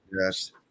yes